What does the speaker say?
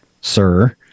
sir